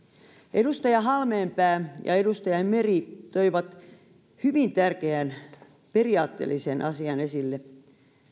edustaja halmeenpää ja edustaja meri toivat hyvin tärkeän periaatteellisen asian esille